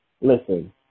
Listen